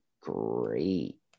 great